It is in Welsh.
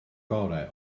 gorau